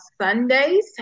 Sundays